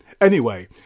Anyway